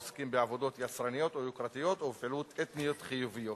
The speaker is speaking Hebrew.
העוסקים בעבודות יצרניות או יוקרתיות או בפעילויות אתניות חיוביות.